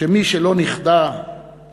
אותה ההבנה שמי שלא נכנע לטרור,